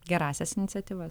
gerąsias iniciatyvas